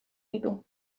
ditu